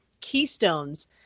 keystones